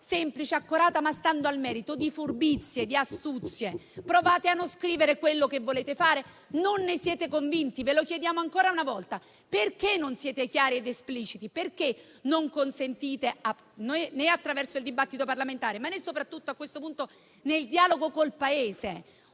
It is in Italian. semplice e accorata ma stando al merito, di furbizie e di astuzie; provate a non scrivere quello che volete fare e non ne siete convinti. Ve lo chiediamo ancora una volta: perché non siete chiari ed espliciti, perché non consentite né attraverso il dibattito parlamentare, né soprattutto, a questo punto, nel dialogo con il Paese,